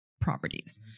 properties